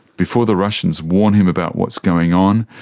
before the russians warn him about what's going on.